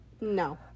No